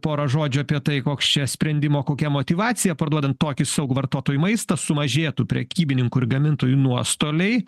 pora žodžių apie tai koks čia sprendimo kokia motyvacija parduodant tokį saugų vartotojui maistą sumažėtų prekybininkų ir gamintojų nuostoliai